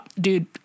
dude